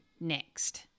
next